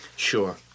Sure